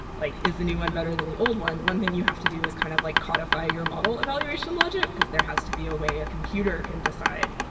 like is the new one better than the old one? one thing you have to do is kind of like codify your model evaluation logic, because there has to be a way a computer can decide,